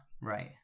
Right